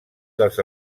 dels